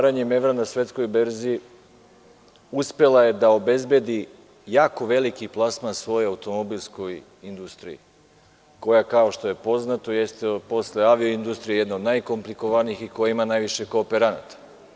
Obaranjem evra na svetskoj berzi uspela je da obezbedi jako veliki plasman svojoj automobilskoj industriji koja je, kao što je poznato, posle avioindustrije jedna od najkomplikovanijih i koja ima najviše kooperanata.